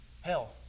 Hell